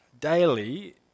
daily